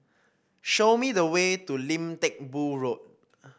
show me the way to Lim Teck Boo Road